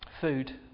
Food